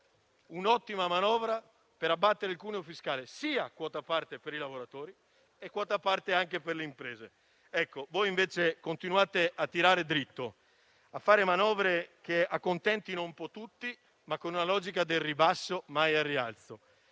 un'ottima risorsa per abbattere il cuneo fiscale, sia per i lavoratori che per le imprese. Voi, invece, continuate a tirare dritto, a fare manovre che accontentino un po' tutti, ma con una logica del ribasso, mai al rialzo.